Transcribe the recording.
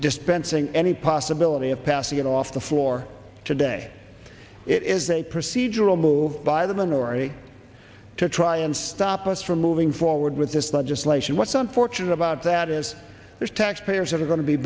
dispensing any possibility of passing it off the floor today it is a procedural move by the minority to try and stop us from moving forward with this legislation what's unfortunate about that is there taxpayers are going to be